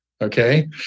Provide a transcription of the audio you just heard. Okay